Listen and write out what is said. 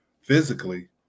physically